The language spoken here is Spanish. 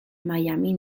miami